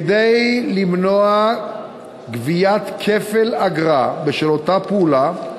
כדי למנוע גביית כפל אגרה בשל אותה פעולה,